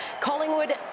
Collingwood